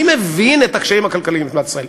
אני מבין את הקשיים הכלכליים במדינת ישראל,